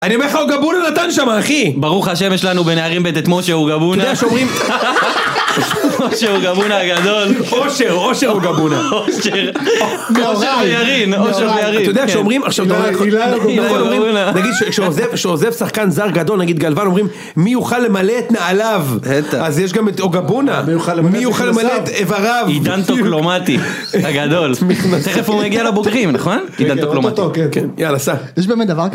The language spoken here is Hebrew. אני אומר לך עוגבאונה נתן שם אחי ברוך השם יש לנו בנערים בית את מושא ועוגבאונה כדי שאומרים מושא ועוגבאונה הגדול אושר, אושר ועוגבאונה עושר ועירים עומר ועירים כדי שאומרים עוזב שחקן זר גדול נגיד גלוון אומרים מי יכול למלא את נעליו אז יש גם את עוגבאונה מי יוכל למלאת את אבריו עידן תוקמלומטי הגדול פה מגיע לבוגרים נכון? איזה דקלומטי, כן. יאללה, סע, יש באמת דבר כזה.